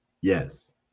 yes